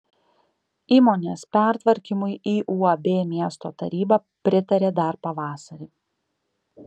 įmonės pertvarkymui į uab miesto taryba pritarė dar pavasarį